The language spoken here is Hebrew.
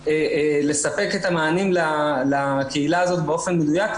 לספק את המענים לקהילה הזאת באופן מדויק,